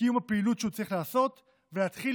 לקיום הפעילות שהוא צריך לעשות ולהתחיל